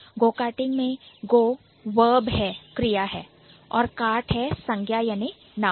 गो karting में Go Verb क्रिया है और kart है संज्ञा अर्थात नाउन